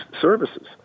services